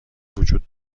وجود